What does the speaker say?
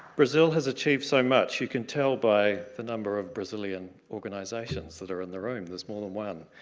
brazil has achieved so much you can tell by the number of brazilian organizations that are in the room there's more than one.